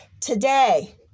today